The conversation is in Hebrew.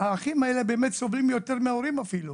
האחים האלה באמת סובלים יותר מההורים אפילו,